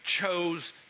chose